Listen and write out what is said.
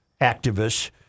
activists